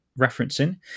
referencing